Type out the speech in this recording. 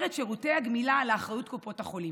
את שירותי הגמילה לאחריות קופות החולים.